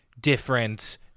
different